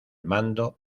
mando